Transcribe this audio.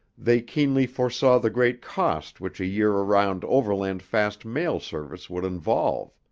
they keenly foresaw the great cost which a year around overland fast mail service would involve.